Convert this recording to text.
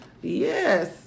Yes